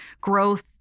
growth